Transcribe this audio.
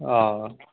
অঁ